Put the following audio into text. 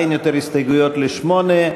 אין עוד הסתייגויות לסעיף 8,